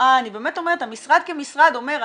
המשרד כמשרד אומר,